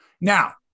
Now